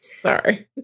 sorry